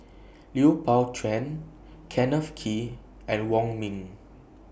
Lui Pao Chuen Kenneth Kee and Wong Ming